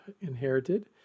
inherited